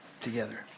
together